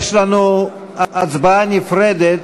יש לנו הצבעה נפרדת.